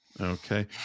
Okay